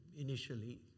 initially